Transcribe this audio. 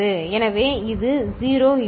எனவே இது 1 இருக்கும்